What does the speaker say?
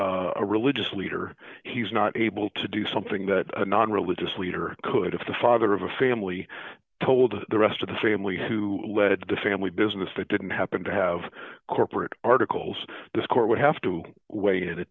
is a religious leader he's not able to do something that a non religious leader could if the father of a family told the rest of the family to lead the family business that didn't happen to have corporate articles this court would have to wait and